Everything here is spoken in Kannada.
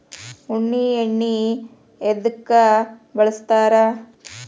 ಉಣ್ಣಿ ಎಣ್ಣಿ ಎದ್ಕ ಬಳಸ್ತಾರ್?